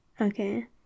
Okay